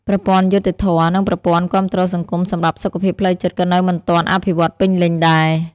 ប្រព័ន្ធយុត្តិធម៌ និងប្រព័ន្ធគាំទ្រសង្គមសម្រាប់សុខភាពផ្លូវចិត្តក៏នៅមិនទាន់អភិវឌ្ឍន៍ពេញលេញដែរ។